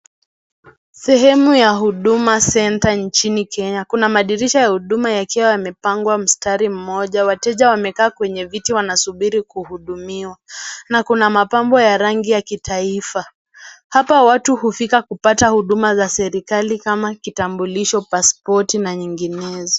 Sehemu ya Huduma Centre nchini Kenya, kuna madirisha ya huduma yakiwa yamepangwa kwa mstari mmoja, wateja wamekaa kwenye viti wanasubiri kuhudumiwa, na kuna mapambo ya rangi ya kitaifa, hapa watu hufika kupata huduma za serikali kama kitambulisho, paspoti na nyinginezo.